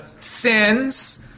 sins